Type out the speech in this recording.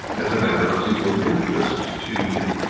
as a matter of legal interest to him.